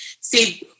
See